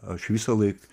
aš visąlaik